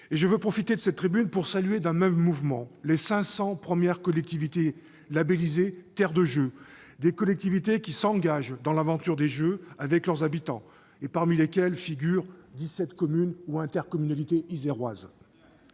Je veux profiter de cette tribune pour saluer d'un même mouvement les 500 premières collectivités labellisées « Terres de Jeux ». Ces collectivités s'engagent dans l'aventure des Jeux avec leurs habitants ; parmi elles, figurent 17 communes ou intercommunalités iséroises.